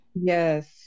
Yes